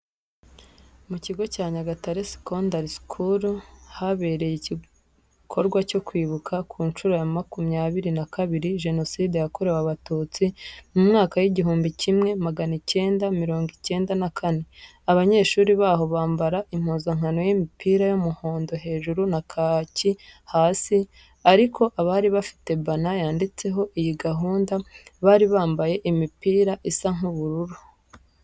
Mu kigo cya Nyagatare Secondary School habereye igikorwa cyo Kwibuka ku nshuro ya makumyabiri na kabiri Jenoside Yakorewe Abatutsi mu mwaka w'igihumbi kimwe magana icyenda mirongo icyenda na kane. Abanyeshuri baho bambara impuzankano y'imipira y'umuhondo hejuru na kaki hasi, ariko abari bafite bana yanditseho iyi gahunda bari bambaye imipira isa nk'ubururu.